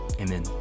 Amen